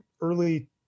early